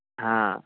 ହଁ